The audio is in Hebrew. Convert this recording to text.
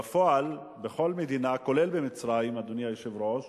בפועל, בכל מדינה, כולל במצרים, אדוני היושב-ראש,